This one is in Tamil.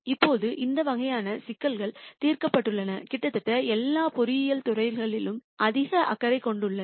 இப்போது இந்த வகையான சிக்கல்கள் தீர்க்கப்பட்டுள்ளன கிட்டத்தட்ட எல்லா பொறியியல் துறைகளிலும் அதிக அக்கறை கொண்டுள்ளன